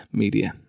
media